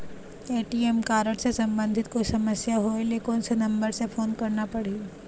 ATM card से संबंधित कोई समस्या होय ले, कोन से नंबर से फोन करना पढ़ही?